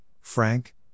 Frank